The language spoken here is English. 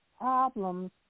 problems